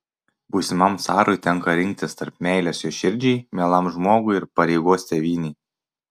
būsimam carui tenka rinktis tarp meilės jo širdžiai mielam žmogui ir pareigos tėvynei